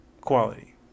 quality